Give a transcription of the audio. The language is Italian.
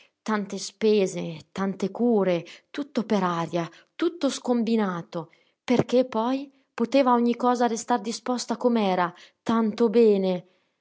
tante spese tante cure tutto per aria tutto scombinato perché poi poteva ogni cosa restar disposta come era tanto bene